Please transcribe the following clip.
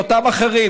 לאותם אחרים,